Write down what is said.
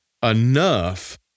enough